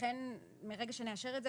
ולכן מרגע שנאשר את זה,